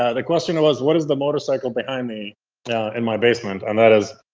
yeah the question was, what is the motorcycle behind me in my basement. and that is,